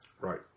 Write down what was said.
Right